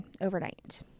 overnight